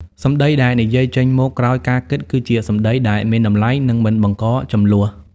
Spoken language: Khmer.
សម្ដីដែលនិយាយចេញមកក្រោយការគិត គឺជាសម្ដីដែលមានតម្លៃ និងមិនបង្កជម្លោះ។